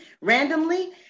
randomly